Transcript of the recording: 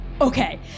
Okay